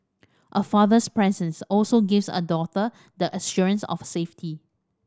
a father's presence also gives a daughter the assurance of safety